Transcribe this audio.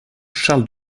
charles